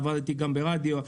עבדתי גם ברדיו.